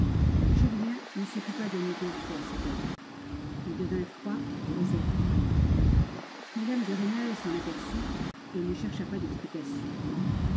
julien né se fit pas donner deux fois cet avis il devint froid et réservé mme de rênal s'en aperçut et ne chercha pas d'explication